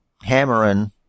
hammering